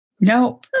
No